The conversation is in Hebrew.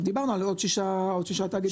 דיברנו על עוד שישה תאגידים.